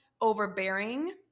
overbearing